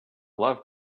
love